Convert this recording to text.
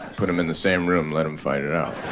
put them in the same room, let him fight it out!